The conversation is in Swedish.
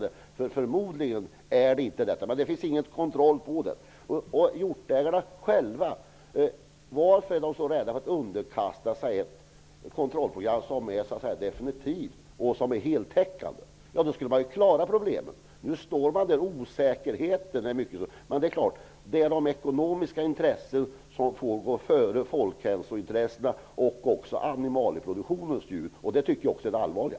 Det är förmodligen inte frågan om det. Det finns alltså ingen kontroll. Varför är hjortägarna så rädda för att underkasta sig ett kontrollprogram som är definitivt och heltäckande? Med ett sådant skulle man ju klara problemen. Nu står man där, och osäkerheten är stor. Det är de ekonomiska intressena som får gå före folkhälsointresset och före animalieproduktionens djur. Det är det allvarliga.